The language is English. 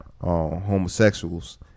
homosexuals